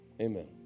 Amen